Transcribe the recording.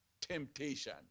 temptation